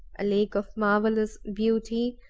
a lake of marvellous beauty,